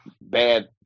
bad